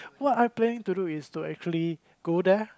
what I planning to do is to actually go there